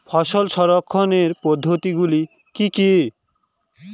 ফসল সংরক্ষণের পদ্ধতিগুলি কি কি?